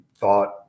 thought